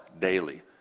daily